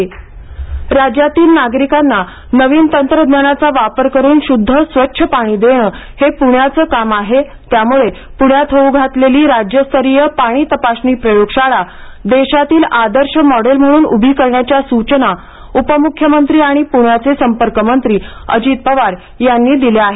पाणी प्रयोगशाळा राज्यातील नागरिकांना नवीन तंत्रज्ञानाचा वापर करून शुद्ध स्वच्छ पाणी देणे हे पुण्याचे काम आहे त्यामुळे पुण्यात होऊ घातलेल्या राज्यस्तरीय पाणी तपासणी प्रयोगशाळा देशातील आदर्श मॉडेल म्हणून उभी करण्याच्या सूचना उपमुख्यमंत्री आणि पुण्याचे संपर्क मंत्री अजित पवार यांनी दिल्या आहेत